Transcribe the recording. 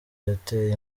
yateye